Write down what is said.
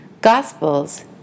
Gospels